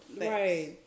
Right